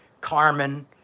Carmen